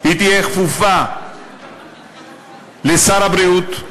היא תהיה כפופה לשר הבריאות.